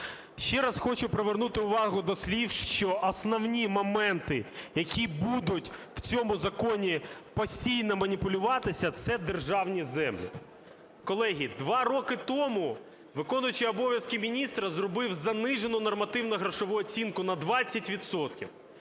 Ще раз хочу привернути увагу до слів, що основні моменти, які будуть в цьому законі постійно маніпулюватися – це державні землі. Колеги, 2 роки тому, виконуючий обов'язки міністра зробив занижену нормативно-грошову оцінку на 20